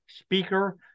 speaker